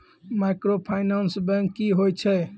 Microfinance bank की होय छै?